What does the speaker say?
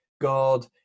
God